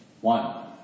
one